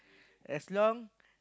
as long